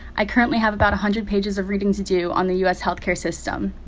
i currently have about a hundred pages of reading to do on the u s. health care system.